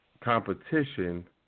competition